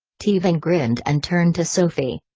teabing grinned and turned to sophie.